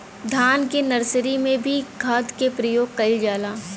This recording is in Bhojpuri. धान के नर्सरी में भी खाद के प्रयोग कइल जाला?